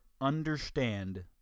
understand